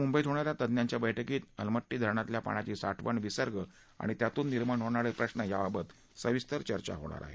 मुंबईत उद्या होणाऱ्या तज्ञांच्या बैठकीत अलमट्टी धरणातल्या पाण्याची साठवण विसर्ग आणि त्यातून निर्माण होणारे प्रश्न याबाबत सविस्तर चर्चा होणार आहे